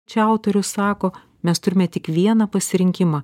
čia autorius sako mes turime tik vieną pasirinkimą